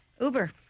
Uber